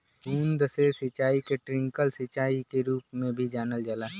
बूंद से सिंचाई के ट्रिकल सिंचाई के रूप में भी जानल जाला